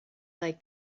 like